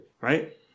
Right